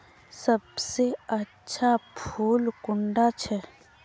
सबसे अच्छा फुल कुंडा छै?